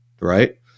right